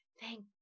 thank